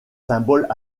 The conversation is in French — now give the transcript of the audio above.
symboles